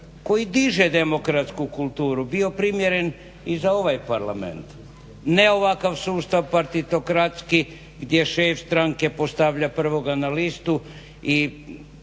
koji diže demokratsku kulturu bio primjeren i za ovaj Parlament? Ne ovakav sustav partitokratski gdje šef stranke postavlja prvoga na listu i